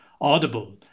audible